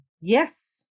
yes